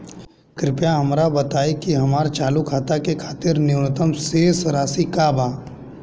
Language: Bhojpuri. कृपया हमरा बताइ कि हमार चालू खाता के खातिर न्यूनतम शेष राशि का बा